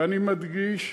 ואני מדגיש: